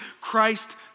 Christ